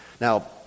Now